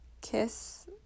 kiss